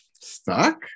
Stuck